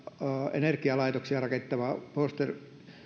energialaitoksia rakentava